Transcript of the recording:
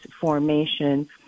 formation